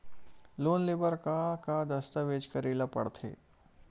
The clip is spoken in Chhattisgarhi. लोन ले बर का का दस्तावेज करेला पड़थे?